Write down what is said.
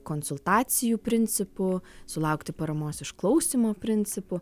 konsultacijų principu sulaukti paramos išklausymo principu